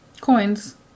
Coins